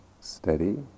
steady